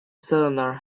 cylinder